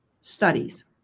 Studies